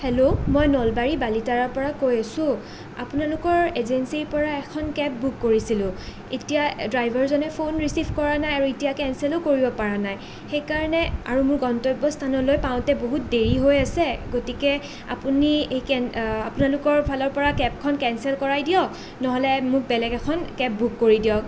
hello মই নলবাৰীৰ বালিতাৰাৰ পৰা কৈ আছো আপোনালোকৰ এজেঞ্চিৰ পৰা এখন কেব বুক কৰিছিলো এতিয়া ড্ৰাইভাৰজনে ফোন ৰিচিভ কৰা নাই আৰু এতিয়া কেনচেলো কৰিব পৰা নাই সেই কাৰণে আৰু মোৰ গন্তব্য স্থানলৈ পাওঁতে বহুত দেৰি হৈ আছে গতিকে আপুনি এই আপোনালোকৰ ফালৰ পৰা কেবখন কেনচেল কৰাই দিয়ক নহ'লে মোক বেলেগ এখন কেব বুক কৰি দিয়ক